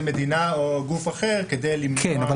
מדינה או גוף אחר כדי למנוע --- כן,